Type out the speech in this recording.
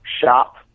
Shop